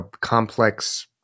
complex